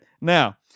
Now